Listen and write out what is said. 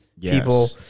people